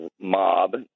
mob